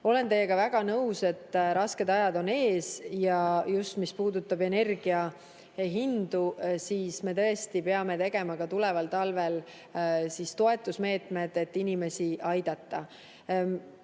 Olen teiega väga nõus, et rasked ajad on ees. Just mis puudutab energiahindu, siis me peame tegema ka tuleval talvel toetusmeetmeid, et inimesi aidata.